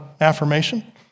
affirmation